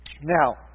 Now